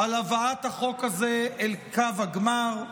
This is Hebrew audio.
על הבאת החוק הזה אל קו הגמר,